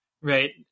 Right